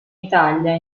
italia